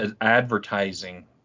advertising